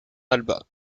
alba